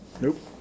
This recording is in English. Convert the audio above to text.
Nope